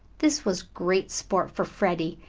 this was great sport for freddie,